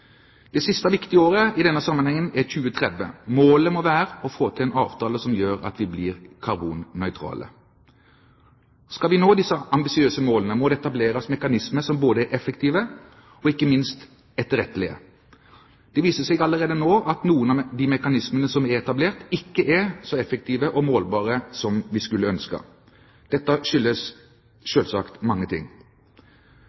Det siste viktige året i denne sammenheng er 2030. Målet må være å få til en avtale som gjør at vi blir karbonnøytrale. Skal vi nå disse ambisiøse målene, må det etableres mekanismer som er effektive og ikke minst etterrettelige. Det viser seg allerede nå at noen av de mekanismene som er etablert, ikke er så effektive og målbare som vi skulle ønske. Dette skyldes